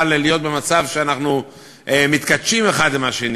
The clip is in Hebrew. להיות במצב שאנחנו מתכתשים אחד עם השני,